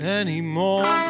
anymore